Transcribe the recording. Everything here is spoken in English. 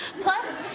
Plus